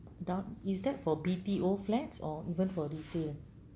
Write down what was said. is that for B_T_O flats or even for resale